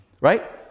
right